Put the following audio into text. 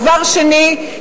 דבר שני,